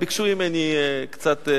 הם ביקשו ממני קצת,